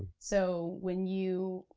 so, when you,